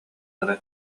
гына